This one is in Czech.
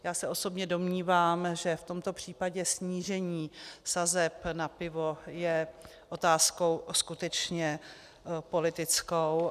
Já se osobně domnívám, že v tomto případě snížení sazeb na pivo je otázkou skutečně politickou.